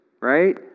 right